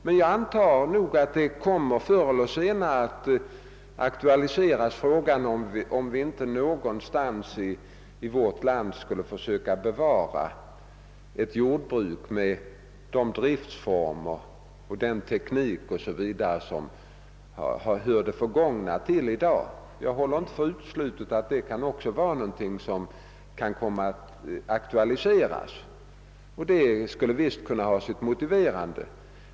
Men jag antar att frågan förr eller senare kommer att aktualiseras, om vi inte någonstans i vårt land måste försöka att bevara några jordbruk med de driftsformer och med den teknik som i dag hör det förgångna till. Jag håller det inte för uteslutet att detta också är något som kan komma att aktualiseras. Det skulle visst kunna vara motiverat.